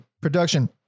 production